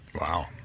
Wow